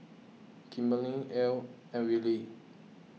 Kimberley Elayne and Willy